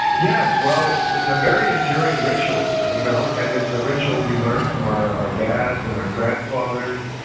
yes, well, it's a very enduring ritual, you know, and it's a ritual we learn from our our dads and our grandfathers,